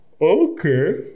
Okay